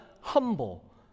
humble